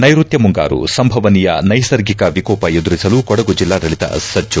ನೈಋತ್ಯ ಮುಂಗಾರು ಸಂಭವನೀಯ ನೈಸರ್ಗಿಕ ವಿಕೋಪ ಎದುರಿಸಲು ಕೊಡಗು ಜಿಲ್ಲಾಡಳಿತ ಸಜ್ಜು